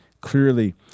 clearly